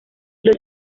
los